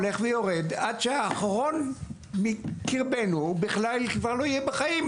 הזה הולך ויורד עד שהאחרון מקרבנו כבר לא יהיה בחיים,